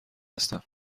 هستم